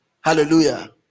Hallelujah